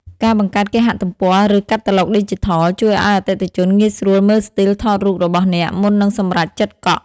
ការបង្កើតគេហទំព័រ ឬកាតាឡុកឌីជីថល ជួយឱ្យអតិថិជនងាយស្រួលមើលស្ទីលថតរូបរបស់អ្នកមុននឹងសម្រេចចិត្តកក់។